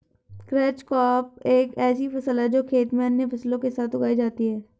catch crop एक ऐसी फसल है जो खेत में अन्य फसलों के साथ उगाई जाती है